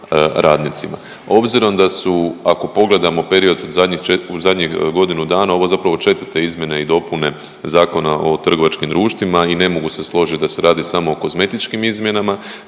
Obzirom da su ako pogledamo period u zadnjih godinu dana ovo zapravo četvrte izmjene i dopune Zakona o trgovačkim društvima i ne mogu se složiti da se radi samo o kozmetičkim izmjenama,